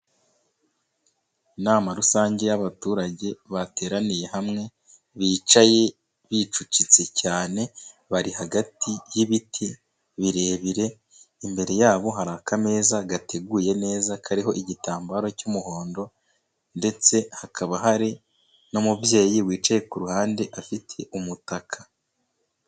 Inama rusange y'abaturage bateraniye hamwe bicaye bicucitse cyane. Bari hagati y'ibiti birebire. Imbere yabo hari akameza za gateguye neza kariho igitambaro cy'umuhondo ndetse hakaba hari n'umubyeyi wicaye ku ruhande, afite umutaka.